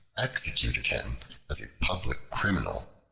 executed him as a public criminal.